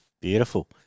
Beautiful